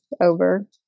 over